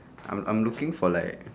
I'm I'm looking for like